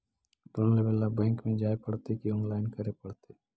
Loan लेवे ल bank में जाय पड़तै कि औनलाइन करे पड़तै?